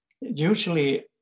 usually